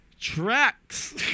tracks